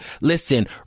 listen